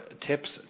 tips